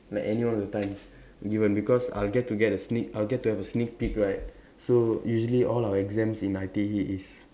like any one of the time given because I will get to get a sneak I'd get to have a sneak peak right so usually all our exams in I_T_E is